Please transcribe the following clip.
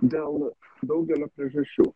dėl daugelio priežasčių